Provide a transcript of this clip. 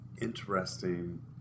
interesting